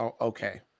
okay